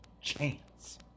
chance